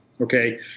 okay